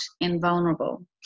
invulnerable